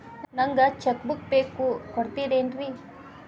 ನಂಗ cheque book ಬೇಕು ಕೊಡ್ತಿರೇನ್ರಿ?